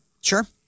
sure